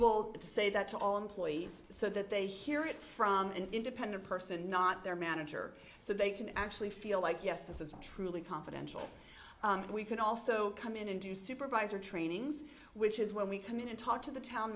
will say that to all employees so that they hear it from an independent person not their manager so they can actually feel like yes this is truly confidential we can also come in and do supervisor trainings which is when we come in and talk to the town